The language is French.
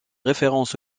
référence